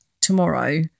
tomorrow